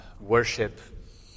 worship